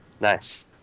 Nice